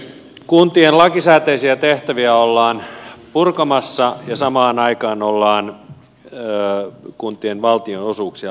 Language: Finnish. kuntien lakisääteisiä tehtäviä ollaan purkamassa ja samaan aikaan ollaan kuntien valtionosuuksia leikkaamassa